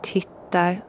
Tittar